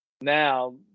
Now